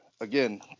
again